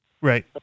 Right